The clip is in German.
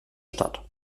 stadt